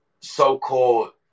so-called